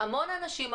המון אנשים,